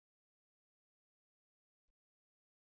25 చిన్నదిగా ఉంటుంది